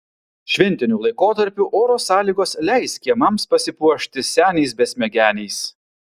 šventiniu laikotarpiu oro sąlygos leis kiemams pasipuošti seniais besmegeniais